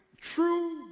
True